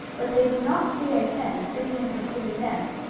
but they did not see a hen sitting in her hidden nest,